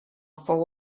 fou